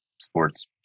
sports